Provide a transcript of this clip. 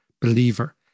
believer